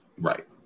Right